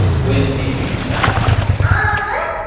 we're stealing it back! ah